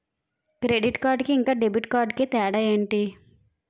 Credit card కి ఇంకా debit card కి తేడా ఏంటి?